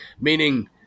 meaning